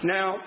Now